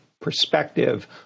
perspective